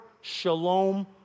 shalom